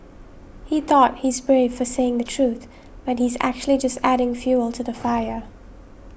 he thought he's brave for saying the truth but he's actually just adding fuel to the fire